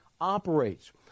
operates